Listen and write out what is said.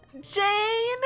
Jane